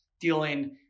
dealing